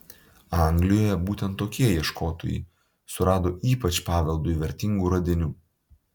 anglijoje būtent tokie ieškotojai surado ypač paveldui vertingų radinių